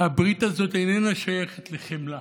הברית הזאת איננה שייכת לחמלה,